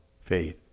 faith